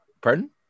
Pardon